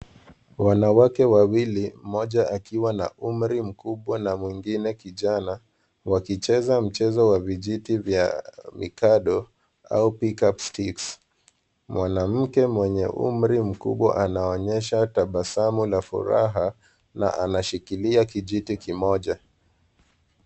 Wanawake wawili mmoja akiwa na umri mkubwa na mwingine kijana, wakicheza mchezo wa vijiti vya mikado au pick up sticks . Mwanamke mwenye umri mkubwa anaonyesha tabasamu na furaha na anashikilia kijiti kimoja.